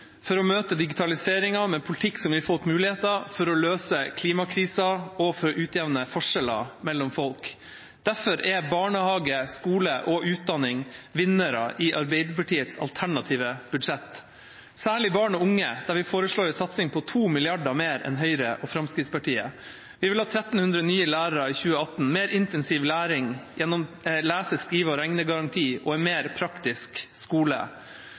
for å møte digitaliseringen med politikk som gir folk muligheter, for å løse klimakrisa og for å utjevne forskjeller mellom folk. Derfor er barnehage, skole og utdanning vinnere i Arbeiderpartiets alternative budsjett – særlig barn og unge, der vi foreslår ei satsing på 2 mrd. kr mer enn Høyre og Fremskrittspartiet. Vi vil ha 1 300 nye lærere i 2018, mer intensiv læring gjennom lese-, skrive- og regnegaranti og en mer praktisk skole.